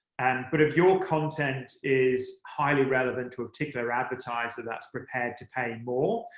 and but if your content is highly relevant to a particular advertiser that's prepared to pay more,